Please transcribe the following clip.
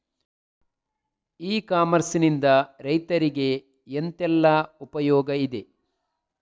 E commerce ನಿಂದ ರೈತರಿಗೆ ಎಂತೆಲ್ಲ ಉಪಯೋಗ ಇದೆ?